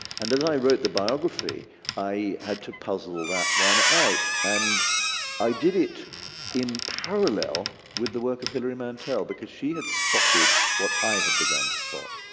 and as i wrote the biography i had to puzzle that one out and i did it in parallel with the work of hillary montel, because she had spotted what i had begun to spot,